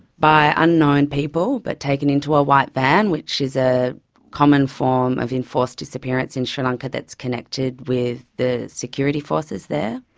by unknown people, but taken into a white van, which is a common form of enforced disappearance in sri lanka that is connected with the security forces there.